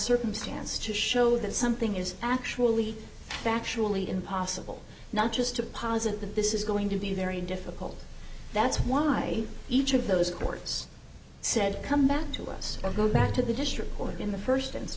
circumstance to show that something is actually factually impossible not just to posit that this is going to be very difficult that's why each of those courts said come back to us or go back to the district court in the first